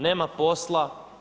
Nema posla.